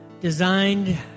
designed